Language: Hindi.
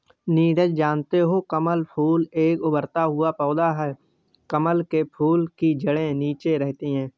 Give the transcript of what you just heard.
नीरज जानते हो कमल फूल एक उभरता हुआ पौधा है कमल के फूल की जड़े नीचे रहती है